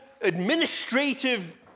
administrative